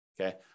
Okay